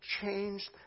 changed